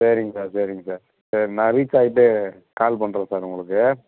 சரிங்க சார் சரிங்க சார் ஆ நான் ரீச் ஆயிட்டு கால் பண்ணுறேன் சார் உங்களுக்கு